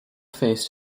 faced